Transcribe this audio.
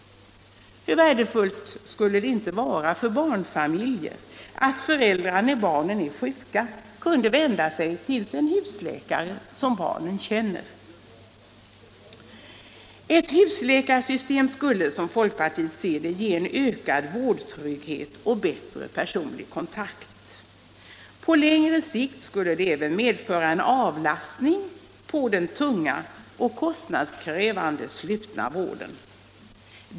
Hur värdefullt skulle det inte vara för barnfamiljer att föräldrar när barnen är sjuka kunde vända sig till sin husläkare, som barnen känner! Ett husläkarsystem skulle — som folkpartiet ser det — ge en ökad vårdtrygghet och bättre personlig kontakt. På längre sikt skulle det även medföra en avlastning på den tunga och kostnadskrävande slutna vården.